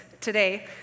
today